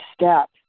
step